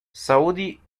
saudi